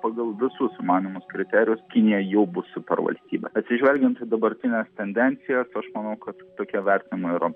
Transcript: pagal visus įmanomus kriterijus kinija jau bus supervalstybė atsižvelgiant į dabartines tendencijas aš manau kad tokie vertinimai yra